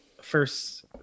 first